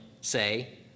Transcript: say